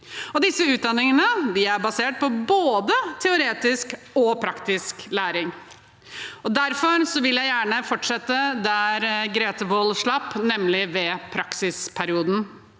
Disse utdanningene er basert på både teoretisk og praktisk læring. Derfor vil jeg gjerne fortsette der Grete Wold slapp, nemlig med praksisperioden,